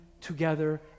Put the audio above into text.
together